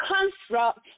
construct